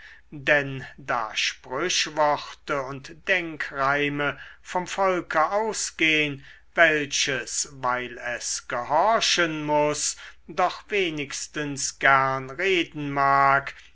denn da sprüchworte und denkreime vom volke ausgehn welches weil es gehorchen muß doch wenigstens gern reden mag